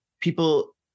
People